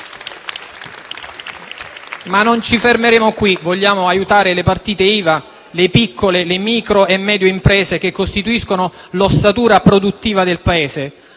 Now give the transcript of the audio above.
Non ci fermeremo qui. Vogliamo aiutare le partite IVA, le piccole, micro e medie imprese, che costituiscono l'ossatura produttiva del Paese.